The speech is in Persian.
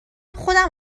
خودم